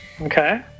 Okay